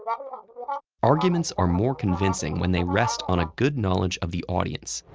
but arguments are more convincing when they rest on a good knowledge of the audience,